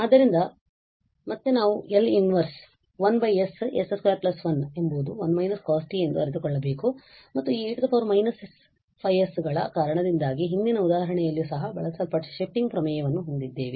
ಆದ್ದರಿಂದ ಮತ್ತೆ ನಾವು L −1 1 ss 21 ಎಂಬುದು 1 − cos t ಎಂದು ಅರಿತುಕೊಳ್ಳಬೇಕು ಮತ್ತು ಈ e −5s ಗಳ ಕಾರಣದಿಂದಾಗಿ ಹಿಂದಿನ ಉದಾಹರಣೆಯಲ್ಲಿಯೂ ಸಹ ಬಳಸಲ್ಪಟ್ಟ ಶಿಫ್ಟಿಂಗ್ ಪ್ರಮೇಯವನ್ನು ನಾವು ಹೊಂದಿದ್ದೇವೆ